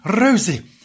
Rosie